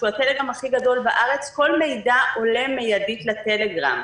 זה הטלגרם הכי גדול בארץ וכל מידע עולה מיידית לטלגרם.